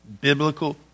Biblical